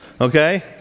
okay